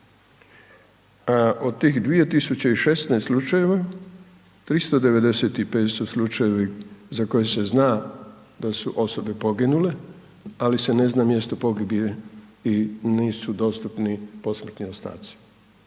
Od tih 2.016 slučajeva 395 su slučajevi za koje se zna da su osobe poginule ali se ne zna mjesto pogibije i nisu dostupni posmrtni ostaci,